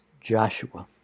Joshua